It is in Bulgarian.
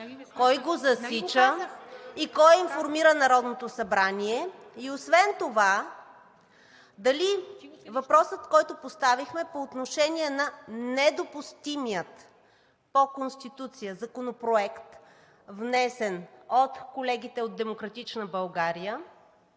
АТАНАСОВА: ...и кой информира Народното събрание и освен това дали въпросът, който поставихме по отношение на недопустимия по Конституция законопроект, внесен от колегите от „Демократична България“,